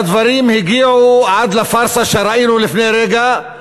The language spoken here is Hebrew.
והדברים הגיעו עד לפארסה שראינו לפני רגע,